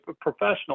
professional